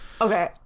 okay